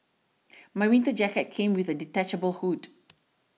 my winter jacket came with a detachable hood